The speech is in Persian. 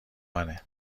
منه